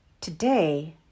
today